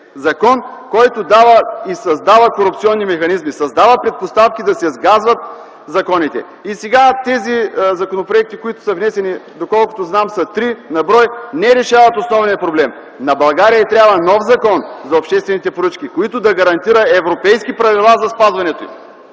който дава и създава корупционни механизми, създава предпоставки да се сгазват законите. Сега тези законопроекти, които са внесени, доколкото знам са три на брой, не решават основния проблем. На България й трябва нов Закон за обществените поръчки, който да гарантира европейски правила за спазването им.